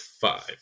five